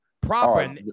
proper